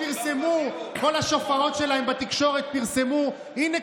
כל השופרות שלהם בתקשורת פרסמו: הינה,